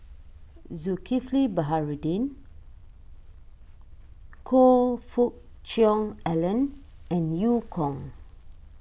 Zulkifli Baharudin Choe Fook Cheong Alan and Eu Kong